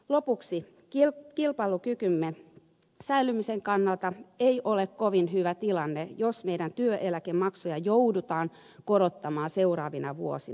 lopuksi kilpailukykymme säilymisen kannalta ei ole kovin hyvä tilanne jos meidän työeläkemaksujamme joudutaan korottamaan seuraavina vuosina